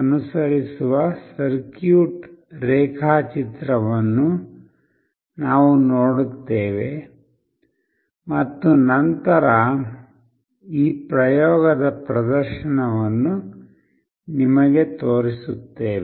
ಅನುಸರಿಸುವ ಸರ್ಕ್ಯೂಟ್ ರೇಖಾಚಿತ್ರವನ್ನು ನಾವು ನೋಡುತ್ತೇವೆ ಮತ್ತು ನಂತರ ಈ ಪ್ರಯೋಗದ ಪ್ರದರ್ಶನವನ್ನು ನಿಮಗೆ ತೋರಿಸುತ್ತೇವೆ